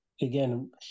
again